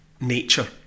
nature